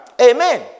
Amen